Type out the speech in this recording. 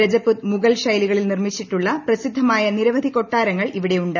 രജപുത്ത് മുഗൾ ശൈലികളിൽ നിർമ്മിച്ചിട്ടുള്ള പ്രസിദ്ധമായ നിരവധി കൊട്ടാരങ്ങൾ ഇവിടെയുണ്ട്